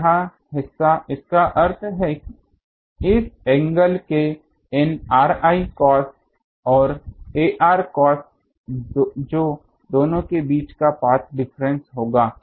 तो यह हिस्सा इसका अर्थ है इस एंगल के इन ri cos और ar cos जो दोनों के बीच का पाथ डिफरेंस होगा